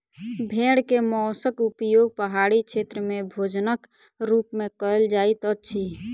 भेड़ के मौंसक उपयोग पहाड़ी क्षेत्र में भोजनक रूप में कयल जाइत अछि